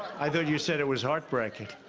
i thought you said it was heartbreaking.